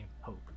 hope